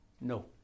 No